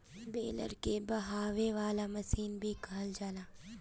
baler के बहावे वाला मशीन भी कहल जाला